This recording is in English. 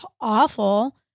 awful